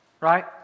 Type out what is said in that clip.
right